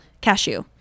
cashew